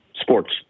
sports